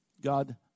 God